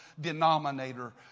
denominator